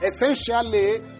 essentially